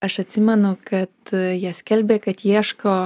aš atsimenu kad jie skelbė kad ieško